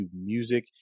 Music